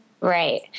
Right